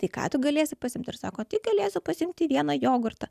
tai ką tu galėsi pasiimt ir sako tai galėsiu pasiimti vieną jogurtą